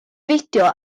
fideo